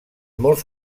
molts